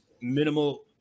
minimal